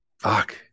Fuck